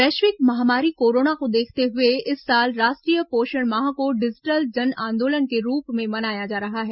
वैश्विक महामारी कोरोना को देखते हुए इस साल राष्ट्रीय पोषण माह को डिजिटल जनआंदोलन के रूप में मनाया जा रहा है